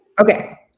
Okay